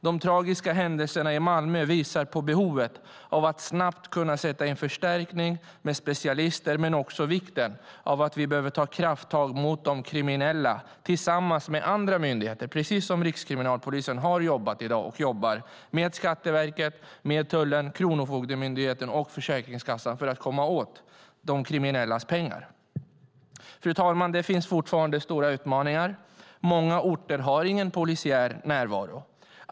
De tragiska händelserna i Malmö visar på behovet av att snabbt kunna sätta in förstärkning med specialister men också vikten av att vi behöver ta krafttag mot de grovt kriminella tillsammans med andra myndigheter, precis som Rikskriminalpolisen har jobbat och i dag jobbar med Skatteverket, tullen, Kronofogdemyndigheten och Försäkringskassan för att komma åt de kriminellas pengar. Fru talman! Det finns fortfarande stora utmaningar. Många orter har ingen polisiär närvaro.